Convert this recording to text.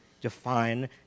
define